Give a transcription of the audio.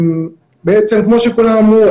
בעצם כמו שכולם אמרו,